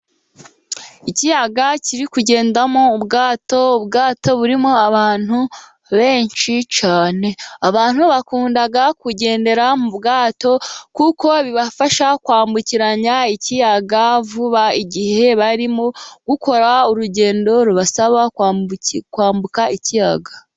Ikiyaga kiri kugendamo ubwato. Ubwato burimo abantu benshi cyane. Abantu bakunda kugendera mu bwato kuko bibafasha kwambukiranya ikiyaga vuba, igihe barimo gukora urugendo rubasaba kwambuka ikiyaga.